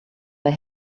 they